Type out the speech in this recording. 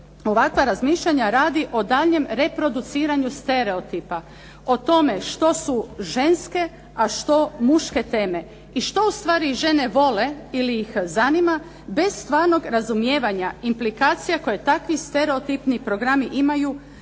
ovakva razmišljanja radi o daljnjem reproduciranju stereotipa, o tome što su ženske, a što muške teme i što ustvari žene vole ili ih zanima bez stvarnog razumijevanja implikacija koje takvi stereotipni programi imaju